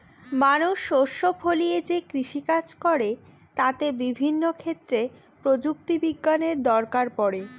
মানুষ শস্য ফলিয়ে যে কৃষিকাজ করে তাতে বিভিন্ন ক্ষেত্রে প্রযুক্তি বিজ্ঞানের দরকার পড়ে